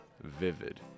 vivid